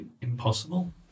impossible